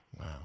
Wow